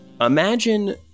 Imagine